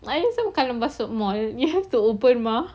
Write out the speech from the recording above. and then kalau masuk mall you have to open mah